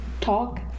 talk